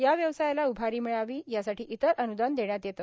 या व्यवसायाला उभारी मिळावी यासाठी इतर अनुदान देण्यात येते